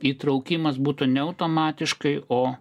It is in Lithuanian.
įtraukimas būtų ne automatiškai o